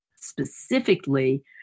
specifically